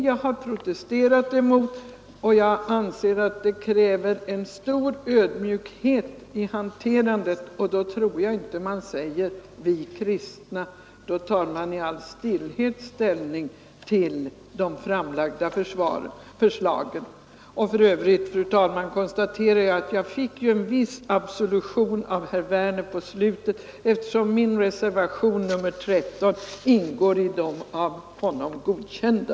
Jag anser att det krävs stor ödmjukhet i hanterandet, och då tror jag inte man säger ”vi kristna”, utan då tar man i all stillhet ställning till de framlagda förslagen. För övrigt, fru talman, konstaterar jag att jag fick en viss absolution av herr Werner i slutet av hans anförande, eftersom min reservation nr 13 ingår bland de av honom godkända.